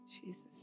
Jesus